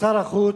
לשר החוץ,